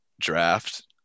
draft